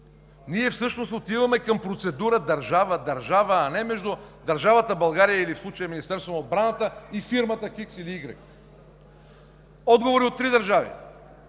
ние всъщност отиваме към процедура „държава – държава“, а не между държавата България или в случая Министерството на отбраната и фирмата х или у. Отговори от три държави